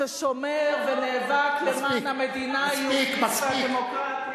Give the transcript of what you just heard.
ששומר ונאבק למען המדינה היהודית והדמוקרטית.